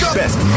best